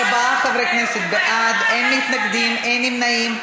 אין מתנגדים, אין נמנעים.